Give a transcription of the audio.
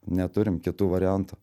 neturim kitų variantų